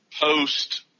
post